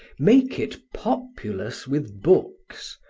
make it populous with books,